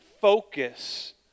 focus